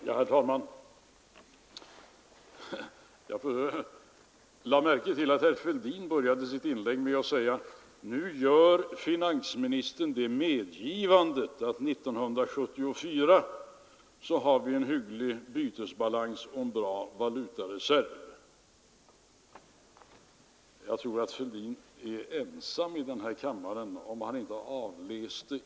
Herr talman! Jag lade märke till att herr Fälldin började sitt anförande med att säga, att nu gör finansministern det medgivandet att vi år 1974 har en hygglig bytesbalans och en bra valutareserv. Jag tror att herr Fälldin är ensam i denna kammare om den uppfattningen.